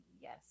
yes